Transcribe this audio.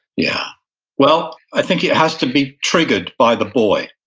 yeah well i think it has to be triggered by the boy.